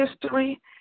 history